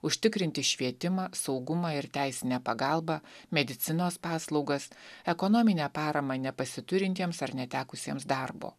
užtikrinti švietimą saugumą ir teisinę pagalbą medicinos paslaugas ekonominę paramą nepasiturintiems ar netekusiems darbo